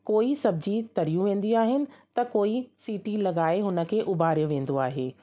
कोई सब्जी तरियूं वेंदी आहिनि त कोई सीटी लॻाए हुन खे उॿारियो वेंदो आहे